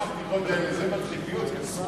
זה כבר מתחיל להיות מסוכן.